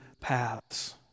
paths